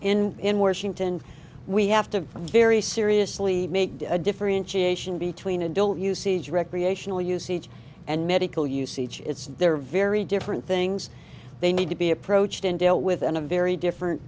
in in washington we have to i'm very seriously make a differentiation between until you see these recreational use each and medical use each it's they're very different things they need to be approached and dealt with on a very different